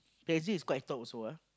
P_S_G is quite top also ah